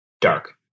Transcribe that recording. dark